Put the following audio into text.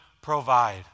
provide